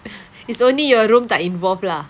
it's only your room tak involved lah